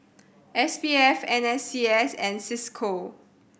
S P F N S C S and Cisco